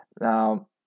Now